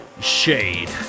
Shade